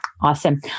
Awesome